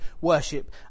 worship